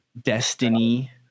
Destiny